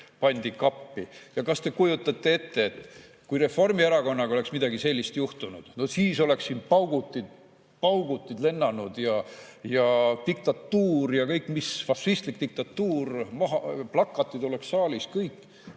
pandi kappi. Kas te kujutate ette seda, kui Reformierakonnaga oleks midagi sellist juhtunud? No siis oleks siin paugutid lennanud, diktatuur ja kõik, fašistlik diktatuur, plakatid oleks saalis, kõik.